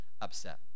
upset